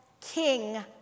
King